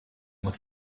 with